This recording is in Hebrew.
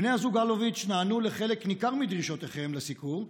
"בני הזוג אלוביץ' נענו לחלק ניכר מדרישותיכם לסיקור,